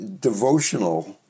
devotional